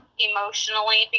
emotionally